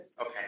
Okay